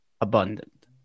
abundant